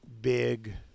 big